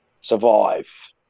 survive